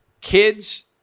kids